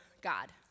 God